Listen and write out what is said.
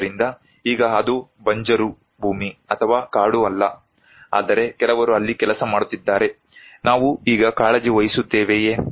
ಆದ್ದರಿಂದ ಈಗ ಅದು ಬಂಜರು ಭೂಮಿ ಅಥವಾ ಕಾಡು ಅಲ್ಲ ಆದರೆ ಕೆಲವರು ಅಲ್ಲಿ ಕೆಲಸ ಮಾಡುತ್ತಿದ್ದರೆ ನಾವು ಈಗ ಕಾಳಜಿ ವಹಿಸುತ್ತೇವೆಯೇ